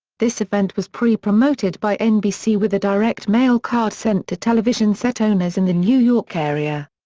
this event was pre-promoted by nbc with a direct-mail card sent to television set owners in the new york area.